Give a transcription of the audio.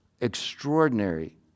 extraordinary